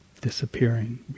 disappearing